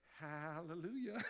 Hallelujah